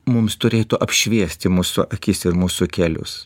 mums turėtų apšviesti mūsų akis ir mūsų kelius